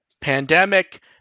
pandemic